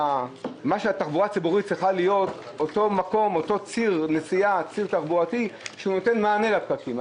התחבורה הציבורית אמורה להיות ציר נסיעה תחבורתי שנותן מענה לפקקים.